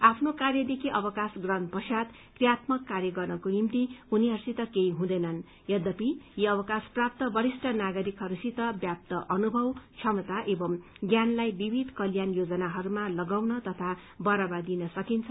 आफ्नो कार्यदेखि अवकाश प्रहण पश्चात क्रियात्मक कार्य गर्नको निम्ति उनीहरूसित केही हुँदैनन् यसको मध्यनजर यी अवकाश प्राप्त वरिष्ठ नागरिकहस्सित व्याप्त अनुभव क्षमता एवं ज्ञानलाई विविध कल्याण योजनाहरूमा लगाउन तथा बढ़ावा दिनमा लगाउन सकिन्छ